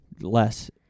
Less